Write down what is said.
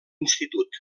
institut